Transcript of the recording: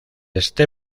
este